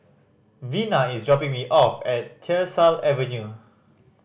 Vina is dropping me off at Tyersall Avenue